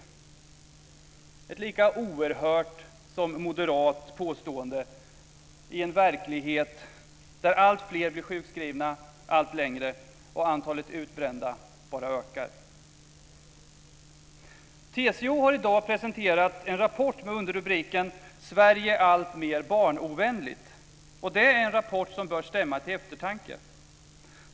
Det är ett lika oerhört som moderat påstående i en verklighet där alltfler blir sjukskrivna allt längre och antalet utbrända bara ökar. TCO har i dag presenterat en rapport med underrubriken Sverige allt mer barnovänligt. Det är en rapport som bör stämma till eftertanke.